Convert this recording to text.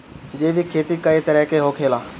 जैविक खेती कए तरह के होखेला?